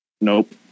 Nope